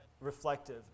reflective